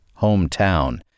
Hometown